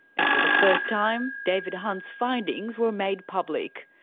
and for the first time, david hunt's findings were made public.